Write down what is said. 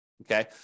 Okay